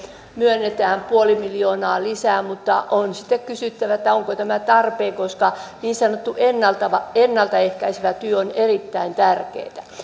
myönnetään puoli miljoonaa lisää mutta on kysyttävä onko tämä tarpeen koska niin sanottu ennalta ehkäisevä työ on erittäin